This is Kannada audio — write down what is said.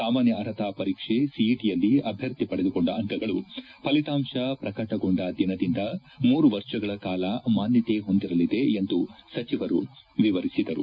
ಸಾಮಾನ್ಯ ಅರ್ಹತಾ ಪರೀಕ್ಷೆ ಸಿಇಟಯಲ್ಲಿ ಅಭ್ಯರ್ಥಿ ಪಡೆದುಕೊಂಡ ಅಂಕಗಳು ಫಲಿತಾಂಶ ಪ್ರಕಟಗೊಂಡ ದಿನದಿಂದ ಮೂರು ವರ್ಷಗಳ ಕಾಲ ಮಾನ್ಲತೆ ಹೊಂದಿರಲಿದೆ ಎಂದು ಸಚಿವರು ವಿವರಿಸಿದರು